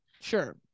sure